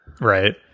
right